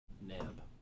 Nab